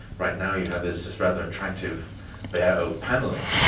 right now you have this this rather attractive bare oak panelling,